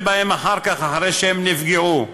בהם אחר כך, אחרי שהם נפגעו.